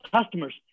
customers